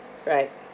right